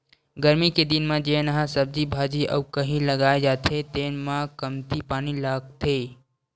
गरमी के दिन म जेन ह सब्जी भाजी अउ कहि लगाए जाथे तेन म कमती पानी लागथे